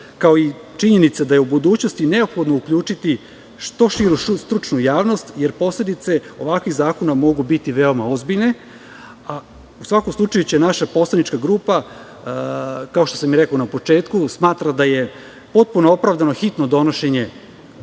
kao i činjenica da je u budućnosti neophodno uključiti što širu stručnu javnost, jer posledice ovakvih zakona mogu biti veoma ozbiljne.U svakom slučaju naša poslanička grupa, kao što sam i rekao na početku, smatra da je potpuno opravdano hitno donošenje